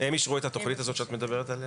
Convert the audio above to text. הם אישרו את התוכנית הזאת שאת מדברת עליה?